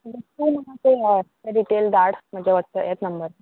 detail धाड म्हज्या WhatsApp हेच नंबर